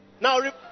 Now